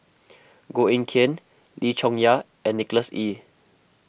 Koh Eng Kian Lim Chong Yah and Nicholas Ee